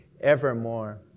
evermore